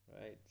right